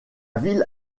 ville